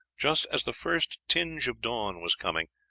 just as the first tinge of dawn was coming,